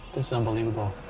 is unbelievable.